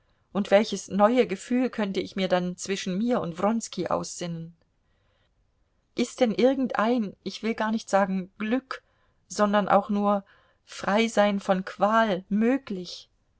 und welches neue gefühl könnte ich mir dann zwischen mir und wronski aussinnen ist denn irgendein ich will gar nicht sagen glück sondern auch nur freisein von qual möglich